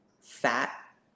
fat